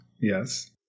yes